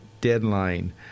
deadline